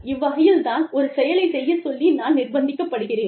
இவ்வகையில் தான் ஒரு செயலை செய்யச் சொல்லி நான் நிர்ப்பந்திக்கப்படுகிறேன்